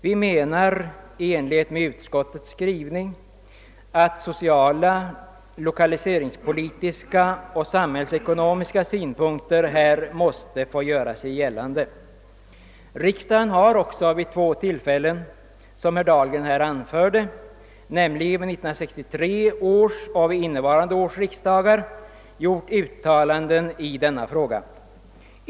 Vi menar att sociala, lokaliseringspolitiska och samhällsekonomiska synpunkter måste få göra sig gällande. Riksdagen har också vid två tillfällen, såsom herr Dahlgren påpekade, nämligen vid 1963 års och vid innevarande års riksdag, gjort uttaianden i denna fråga.